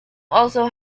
also